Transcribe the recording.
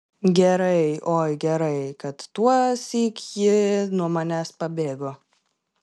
gerai oi gerai kad tuosyk ji nuo manęs pabėgo